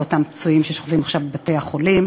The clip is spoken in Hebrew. אותם פצועים ששוכבים עכשיו בבתי-החולים,